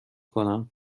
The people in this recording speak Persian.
کنم